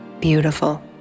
beautiful